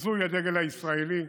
ביזוי הדגל הישראלי.